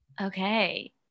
Okay